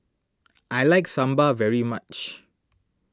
I like Sambar very much